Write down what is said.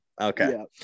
Okay